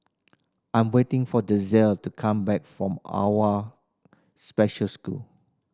I'm waiting for Denzell to come back from Special School